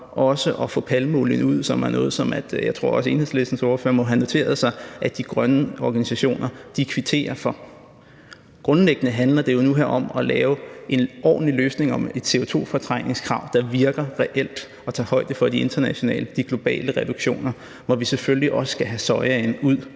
er noget, som jeg tror også Enhedslistens ordfører må have noteret sig at de grønne organisationer kvitterer for. Grundlæggende handler det jo nu og her om at lave en ordentlig løsning om et CO2-fortrængningskrav, der virker reelt og tager højde for de internationale og globale reduktioner, hvor vi selvfølgelig også skal have sojaen ud.